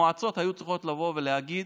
המועצות היו צריכות לבוא ולהגיד: